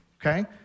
okay